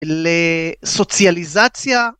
לסוציאליזציה.